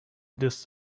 دوست